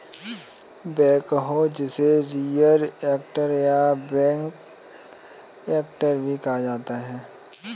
backhoe जिसे rear actor या back actor भी कहा जाता है